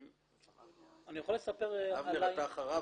אני יכול לספר --- אבנר אתה אחריו,